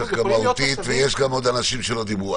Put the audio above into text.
זאת החלטה מהותית ויש גם עוד אנשים שלא דיברו.